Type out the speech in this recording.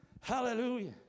Hallelujah